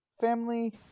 family